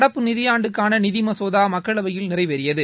நடப்பு நிதியாண்டுக்கான நிதி மசோதா மக்களவையில் நிறைவேறியது